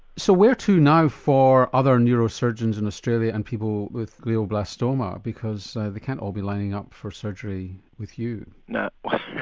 so where to now for other neurosurgeons in australia and people with glioblastoma because they can't all be lining up for surgery with you? no. even